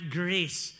grace